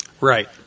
Right